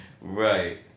Right